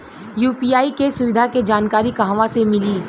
UPI के सुविधा के जानकारी कहवा से मिली?